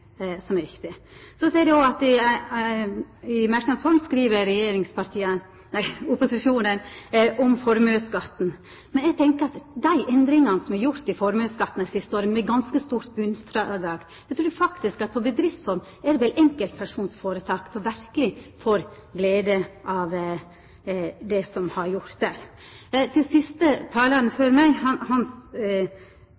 som er viktig. Så skriv opposisjonen i merknads form om formuesskatten. Når det gjeld dei endringane som er gjorde i formuesskatten det siste året, med ganske stort botnfrådrag, trur eg faktisk at det er enkeltmannsføretak som bedriftsform som verkeleg får glede av det som er gjort der. Den siste talaren